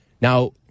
Now